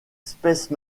space